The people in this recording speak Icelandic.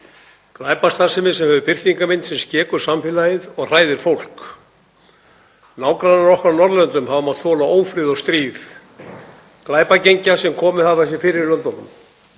glæpastarfsemi sem hefur birtingarmynd sem skekur samfélagið og hræðir fólk. Nágrannar okkar á Norðurlöndum hafa mátt þola ófrið og stríð glæpagengja sem komið hafa sér fyrir í löndunum.